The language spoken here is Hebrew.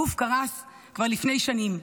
הגוף קרס כבר לפני שנים.